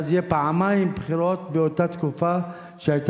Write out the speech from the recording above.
ואז יהיו פעמיים בחירות באותה תקופה